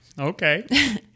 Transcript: Okay